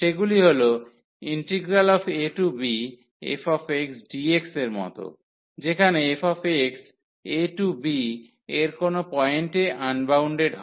সেগুলি হল abfxdx এর মত যেখানে f a টু b এর কোনও পয়েন্টে আনবাউন্ডেড হয়